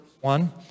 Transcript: one